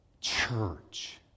Church